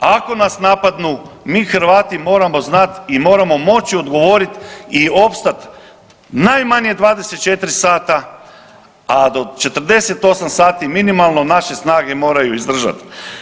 Ako nas napadnu mi Hrvati moramo znat i moramo moći odgovoriti i opstat najmanje 24 sata, a do 48 sati minimalno naše snage moraju izdržat.